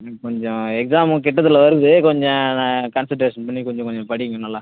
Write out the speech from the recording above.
ம் கொஞ்சம் எக்ஸாமு கிட்டத்தில் வருது கொஞ்சம் கான்செண்ட்ரேஷன் பண்ணி கொஞ்சம் கொஞ்சம் படிங்கள் நல்லா